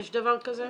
יש דבר כזה?